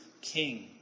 king